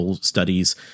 studies